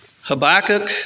Habakkuk